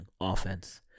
offense